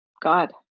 God